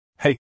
Hey